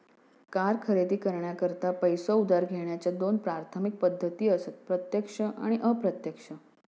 car खरेदी करण्याकरता पैसो उधार घेण्याच्या दोन प्राथमिक पद्धती असत प्रत्यक्ष आणि अप्रत्यक्ष